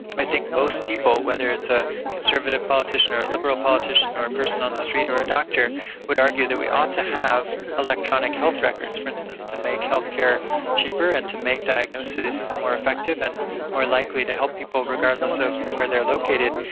i think most people, whether it is a conservative politician or a liberal politician or a person on the street or a doctor would argue that we ought to have electronic health records, for instance, to make healthcare cheaper and to make diagnosis more effective and more likely to help people regardless of where they are located.